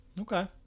Okay